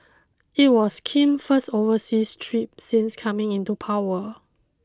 it was Kim's first overseas trip since coming into power